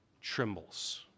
trembles